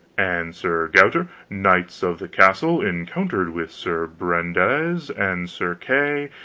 and sir gauter, knights of the castle, encountered with sir brandiles and sir kay,